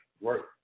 work